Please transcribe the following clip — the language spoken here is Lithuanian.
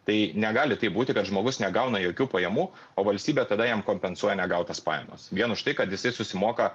tai negali taip būti kad žmogus negauna jokių pajamų o valstybė tada jam kompensuoja negautas pajamas vien už tai kad jisai susimoka